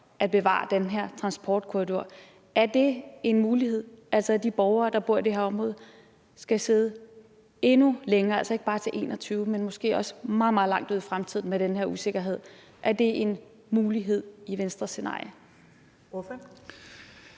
at bevare den her transportkorridor? Er det en mulighed, altså at de borgere, der bor i det her område, skal sidde endnu længere, altså ikke bare til 2021, men måske også til meget, meget langt ud i fremtiden med den her usikkerhed? Er det en mulighed i det scenarie,